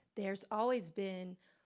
there's always been,